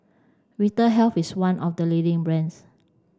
Vitahealth is one of the leading brands